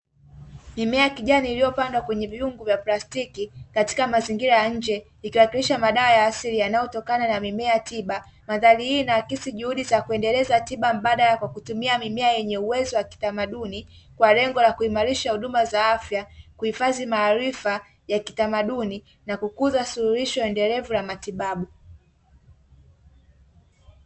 Mimea ya kijani iliyopandwa kwenye vyungu vya plastiki katika mazingira ya nje ikawakilisha madawa ya asili yanayotokana na mimea tiba. Mandhari hii inaakisi juhudi za kuendeleza tiba mbadala ya kwa kutumia mimea yenye uwezo wa kitamaduni, kwa lengo la kuimarisha huduma za afya, kuhifadhi maarifa ya kitamaduni na kukuza suluhisho endelevu la matibabu.